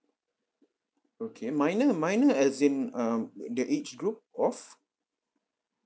okay minor minor as in um the age group of